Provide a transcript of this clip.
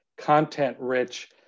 content-rich